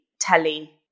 telly